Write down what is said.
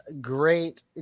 great